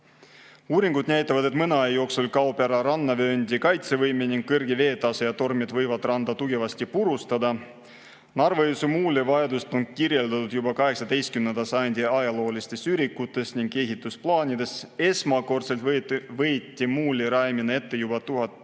Uuringud näitavad, et mõne aja jooksul kaob ära rannavööndi kaitsevõime ning kõrge veetase ja tormid võivad randa tugevasti purustada. Narva-Jõesuu muuli vajadust on kirjeldatud juba 18. sajandi ajaloolistes ürikutes ning ehitusplaanides. Esmakordselt võeti muuli rajamine ette juba 1746.